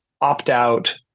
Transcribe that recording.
opt-out